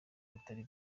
butari